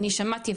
אני שמעתי,